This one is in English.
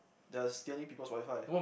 they are stealing peoples' WiFi